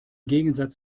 gegensatz